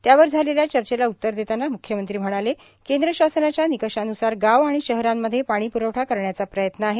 त्यावर झालेल्या चर्चेला उत्तर देताना म्ख्यमंत्री म्हणाले केंद्र शासनाच्या निकषान्सार गाव आणि शहरांमध्ये पाणी प्रवठा करण्याचा प्रयत्न आहे